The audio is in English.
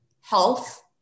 health